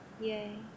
yay